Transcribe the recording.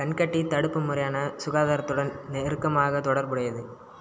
கண்கட்டி தடுப்பு முறையான சுகாதாரத்துடன் நெருக்கமாக தொடர்புடையது